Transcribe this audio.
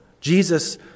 Jesus